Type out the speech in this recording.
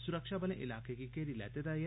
सुरक्षाबलें इलाके गी घेरी लैते दा ऐ